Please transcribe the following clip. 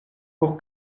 pour